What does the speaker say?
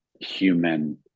human